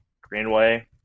Greenway